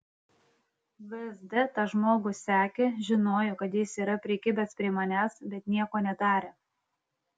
vsd tą žmogų sekė žinojo kad jis yra prikibęs prie manęs bet nieko nedarė